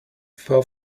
fell